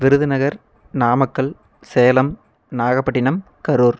Virudhunagar Namakkal Salem Nagapattinam Karur